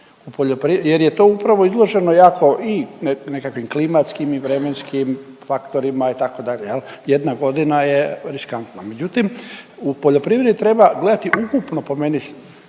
jer je to upravo izloženo jako i nekakvim klimatskim i vremenskim faktorima itd. Jedna godina je riskantna. Međutim, u poljoprivredi treba gledati ukupno po meni